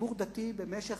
שציבור דתי נקט במשך